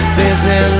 busy